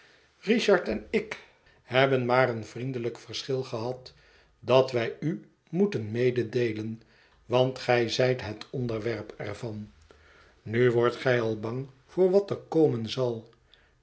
richard en ik hebben maar een vriendelijk verschil gehad dat wij u moeten mededeelen want gij zijt het onderwerp er van nu wordt gij al bang voor wat er komen zal